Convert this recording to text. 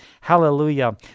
Hallelujah